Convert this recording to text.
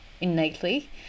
innately